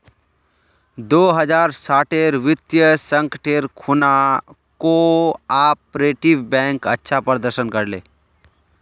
दो हज़ार साटेर वित्तीय संकटेर खुणा कोआपरेटिव बैंक अच्छा प्रदर्शन कर ले